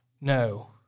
No